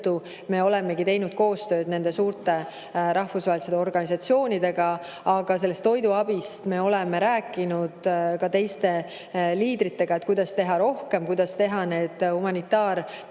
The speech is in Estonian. olemegi teinud koostööd nende suurte rahvusvaheliste organisatsioonidega. Aga toiduabist oleme rääkinud ka teiste liidritega, et kuidas teha rohkem, kuidas teha need humanitaarkoridorid,